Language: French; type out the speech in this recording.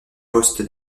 poste